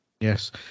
Yes